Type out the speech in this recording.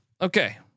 Okay